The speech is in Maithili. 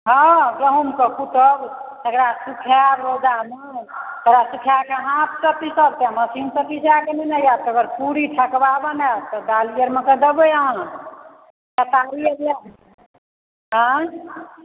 हँ गहूॅंमके कुटब ओकरा सुखाएब रौदामे ओकरा सूखा कऽ हाथसँ पिसाब चाहे मशीनसँ पिसा कऽ लेने आएब तवोकर पुरी ठकुआ बनायब